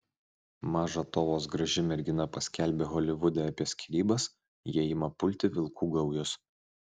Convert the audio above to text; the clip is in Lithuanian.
maža to vos graži mergina paskelbia holivude apie skyrybas ją ima pulti vilkų gaujos